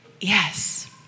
Yes